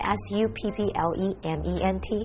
supplement